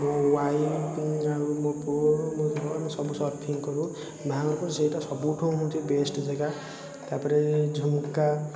ମୋ ଓ୍ୱାଇଫ୍ ମୋ ପୁଅ ମୋ ଝିଅ ଆମେ ସବୁ ସର୍ଫିଂ କରୁ ବାହାଘର ପରେ ସେଇଟା ସବୁଠୁ ହେଉଛି ବେଷ୍ଟ୍ ଜାଗା ତା'ପରେ ଝୁମୁକା